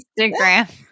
Instagram